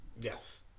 Yes